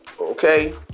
okay